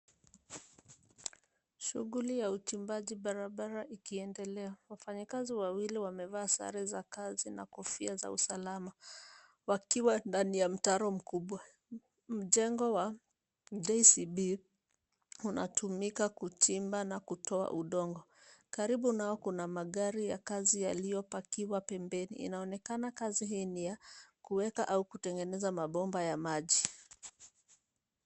Shughuli ya uchimbaji barabara ikiendelea. Wafanyikazi wawili wamevaa sare za kazi na kofia za usalama, wakiwa ndani ya mtaro mkubwa. Mjengo wa JCB unatumika kuchimba na kutoa udongo. Karibu nao kuna magari ya kazi yaliyopakiwa pembeni. Inaonekana kazi hii ni ya kuweka au kutengeneza mabomba ya maji.